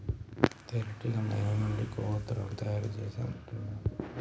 తేనెటీగ మైనం నుండి కొవ్వతులను తయారు చేసి అమ్ముతాండు రాజు